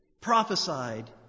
prophesied